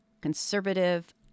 conservative